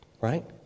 Right